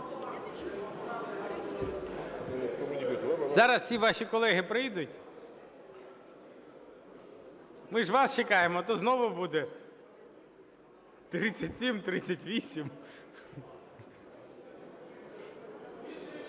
Зараз всі ваші колеги прийдуть. Ми ж вас чекаємо, тут знову буде 37, 38…